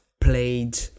played